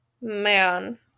Man